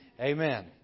Amen